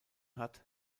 hat